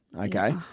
Okay